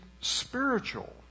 spiritual